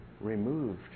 removed